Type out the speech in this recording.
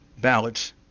ballots